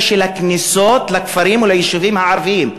של הכניסות לכפרים וליישובים הערביים.